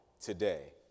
today